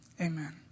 Amen